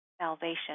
salvation